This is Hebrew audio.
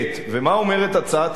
ומה אומרת הצעת החוק?